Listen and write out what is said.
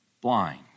blind